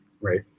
right